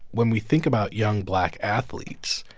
when we think about young black athletes,